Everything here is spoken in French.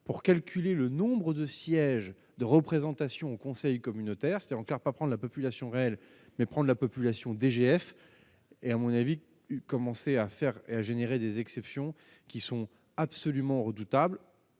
pour calculer le nombre de sièges de représentation au conseil communautaire c'était en encore pas prendre la population réelle mais prendre la population DGF et à mon avis à faire et à générer des exceptions qui sont absolument redoutable.